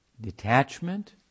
Detachment